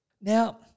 Now